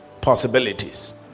possibilities